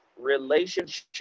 relationship